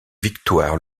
victoire